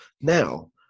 Now